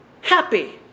happy